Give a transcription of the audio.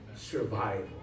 Survival